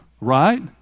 Right